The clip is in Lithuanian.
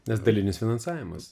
nes dalinis finansavimas